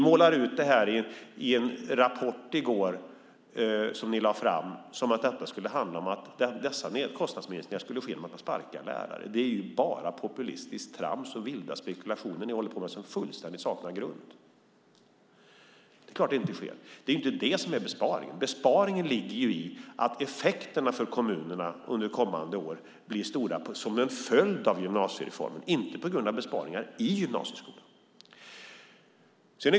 I en rapport som ni lade fram i går målar ni upp att dessa kostnadsminskningar skulle ske genom att man sparkar lärare. Det är bara populistiskt trams och vilda spekulationer som ni håller på med och som fullständigt saknar grund. Det är klart att det inte sker. Det är inte det som är besparingen. Besparingen ligger i att effekterna för kommunerna under kommande år blir stora som en följd av gymnasiereformen, inte på grund av besparingar i gymnasieskolan.